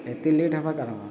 ଏତେ ଲେଟ୍ ହବା କାରଣ